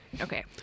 okay